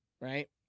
Right